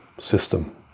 system